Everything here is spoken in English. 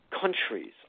countries